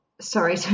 sorry